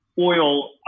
oil